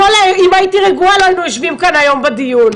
אם הייתי רגועה לא היינו יושבים כאן היום בדיון.